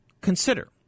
consider